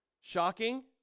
Shocking